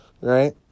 right